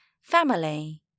Family